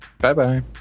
Bye-bye